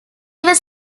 was